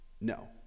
no